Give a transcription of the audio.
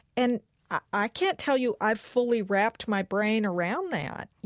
and i can't tell you i've fully wrapped my brain around that